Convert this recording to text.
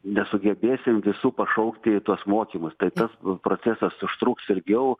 nesugebėsim visų pašaukti į tuos mokymus tai tas procesas užtruks ilgiau